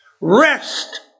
Rest